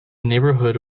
neighbourhood